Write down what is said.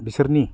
बिसोरनि